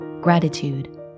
gratitude